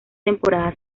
temporada